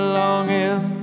longing